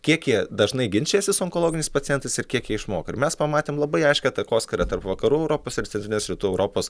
kiek jie dažnai ginčijasi su onkologiniais pacientais ir kiek jie išmoka ir mes pamatėm labai aiškią takoskyrą tarp vakarų europos ir centrinės rytų europos